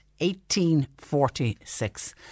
1846